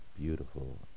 beautiful